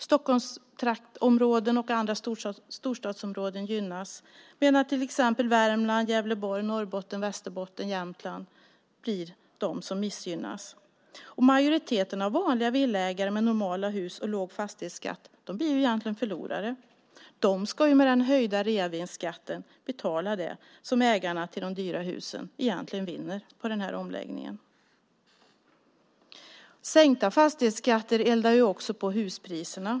Stockholmsområdet och andra storstadsområden gynnas, medan till exempel Värmland, Gävleborg, Norrbotten, Västerbotten och Jämtland missgynnas. Majoriteten av vanliga villaägare med normala hus och låg fastighetsskatt blir egentligen förlorare. De ska med den höjda reavinstskatten betala det som ägarna till de dyra husen vinner på omläggningen. Sänkta fastighetsskatter eldar också på huspriserna.